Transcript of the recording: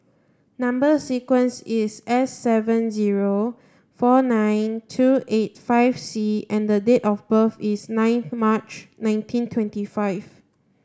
number sequence is S seven zero four nine two eight five C and the date of birth is ninth March nineteen twenty five